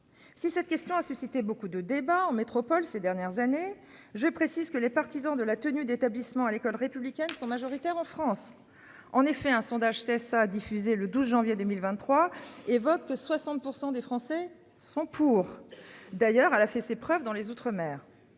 Si cette question a suscité beaucoup de débats en métropole. Ces dernières années. Je précise que les partisans de la tenue d'établissement à l'école républicaine sont majoritaires en France. En effet, un sondage CSA diffusé le 12 janvier 2023 évoquent 60% des Français sont pour. D'ailleurs elle a fait ses preuves dans les outre-mer.